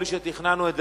בלי שתכננו את זה,